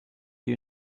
you